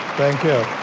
thank you.